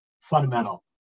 fundamental